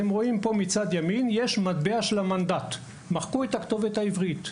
מצד ימין כאן ניתן לראות מטבע מתקופת המנדט שמחקו בה את הכתובת העברית.